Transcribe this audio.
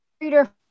Reader